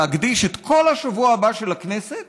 להקדיש את כל השבוע הבא של הכנסת